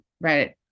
right